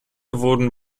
wurden